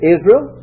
Israel